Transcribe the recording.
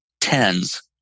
TENS